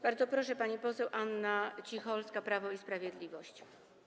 Bardzo proszę, pani poseł Anna Cicholska, Prawo i Sprawiedliwość.